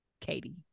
katie